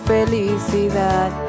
Felicidad